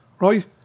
right